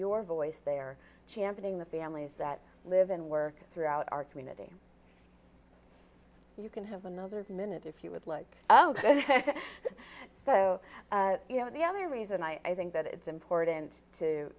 your voice there championing the families that live and work throughout our community you can have another minute if you would like so you know the other reason i think that it's important to